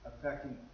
affecting